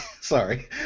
Sorry